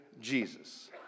Jesus